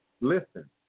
Listen